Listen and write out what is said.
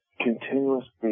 continuously